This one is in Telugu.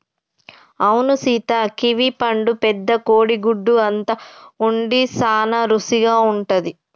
అవును సీత కివీ పండు పెద్ద కోడి గుడ్డు అంత ఉండి సాన రుసిగా ఉంటది